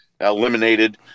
eliminated